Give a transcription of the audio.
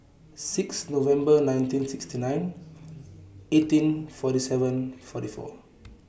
six November nineteen sixty nine eighteen forty seven forty four